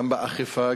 גם באכיפה,